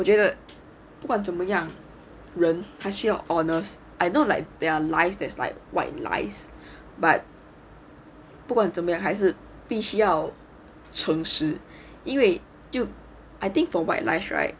我觉得不管怎么样人还是要 honest I know like there are lies that's like white lies but 不管怎么样还是必须要诚实因为就 I think for white lies right